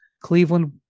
Cleveland